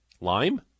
Lime